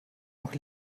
noch